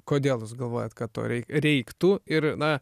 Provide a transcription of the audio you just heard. kodėl jūs galvojat kad to rei reiktų ir na